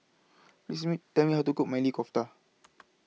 Please Tell Me Tell Me How to Cook Maili Kofta